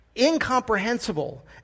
incomprehensible